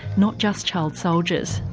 not just child soldiers,